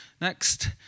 Next